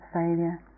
failure